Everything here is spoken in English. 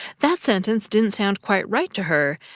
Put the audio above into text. that sentence didn't sound quite right to her,